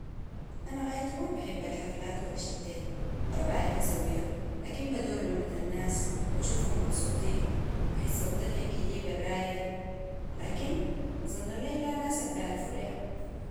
أنا غايت ما بحب الحفلات ولا شتين ولا بعرف أسوية لكن بدور رمت الناس وشوفهم مبسوطين وحسة ضحك يجيب الرايح لكن أظن ليها ناسا البعرفو ليها